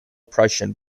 prussian